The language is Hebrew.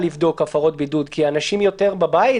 לבדוק הפרות בידוד כי אנשים יותר בבית,